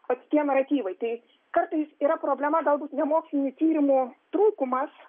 vat tie naratyvai tai kartais yra problema galbūt ne mokslinių tyrimų trūkumas